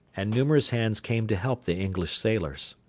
and numerous hands came to help the english sailors.